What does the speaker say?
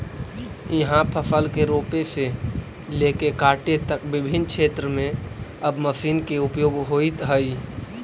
इहाँ फसल के रोपे से लेके काटे तक विभिन्न क्षेत्र में अब मशीन के उपयोग होइत हइ